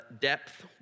depth